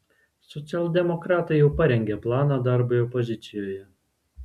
socialdemokratai jau parengė planą darbui opozicijoje